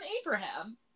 Abraham